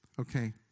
okay